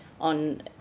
on